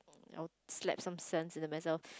I will slap some sense into myself